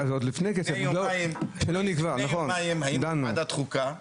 לפני יומיים היינו בוועדת החוקה,